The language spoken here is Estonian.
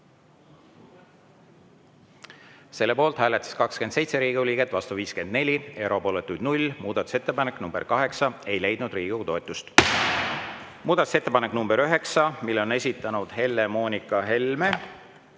Selle poolt hääletas 27 Riigikogu liiget, vastu 54, erapooletuid 0. Muudatusettepanek nr 8 ei leidnud Riigikogu toetust. Muudatusettepanek nr 9, mille on esitanud Helle-Moonika Helme,